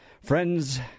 Friends